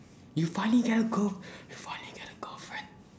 you finally get a girl~ you finally get a girlfriend